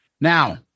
Now